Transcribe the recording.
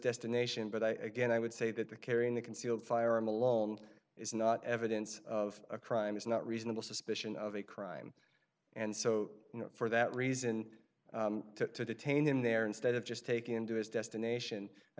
destination but i again i would say that the carrying a concealed firearm alone is not evidence of a crime it's not reasonable suspicion of a crime and so for that reason to detain him there instead of just taking him to his destination i